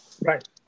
right